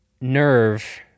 nerve